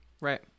Right